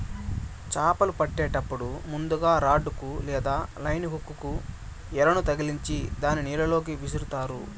చాపలను పట్టేటప్పుడు ముందుగ రాడ్ కు లేదా లైన్ హుక్ కు ఎరను తగిలిచ్చి దానిని నీళ్ళ లోకి విసురుతారు